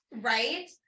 right